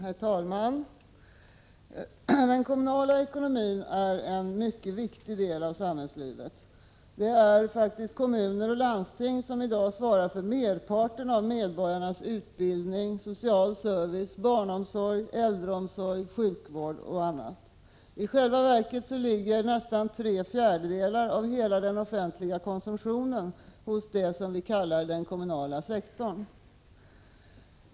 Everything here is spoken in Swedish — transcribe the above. Herr talman! Den kommunala ekonomin är en mycket viktig del av samhällslivet. Det är kommuner och landsting som i dag svarar för merparten av medborgarnas utbildning, sociala service, barnomsorg, äldreomsorg, sjukvård, m.m. I själva verket ligger nästan tre fjärdedelar av hela den offentliga konsumtionen hos det vi kallar den kommunala sektorn.